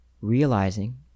realizing